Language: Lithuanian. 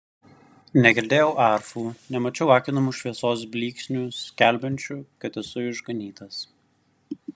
negirdėjau arfų nemačiau akinamų šviesos blyksnių skelbiančių kad esu išganytas